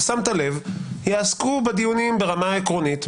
יעסקו בדיונים ברמה העקרונית,